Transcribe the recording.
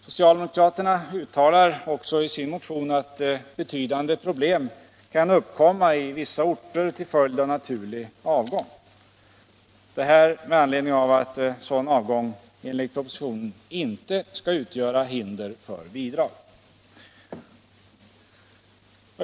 Socialdemokraterna uttalar också i sin motion att betydande problem kan uppkomma i vissa orter till följd av naturlig avgång — detta med anledning av att sådan avgång enligt propositionen inte skall utgöra hinder för bidrag.